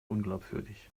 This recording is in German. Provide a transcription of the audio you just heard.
unglaubwürdig